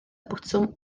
botwm